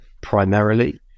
primarily